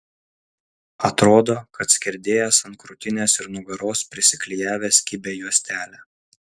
atrodo kad skerdėjas ant krūtinės ir nugaros prisiklijavęs kibią juostelę